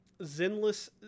Zenless